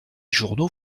journaux